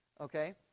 okay